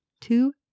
Two